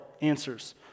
answers